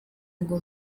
ngo